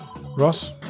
Ross